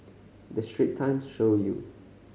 the Straits Times show you